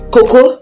Coco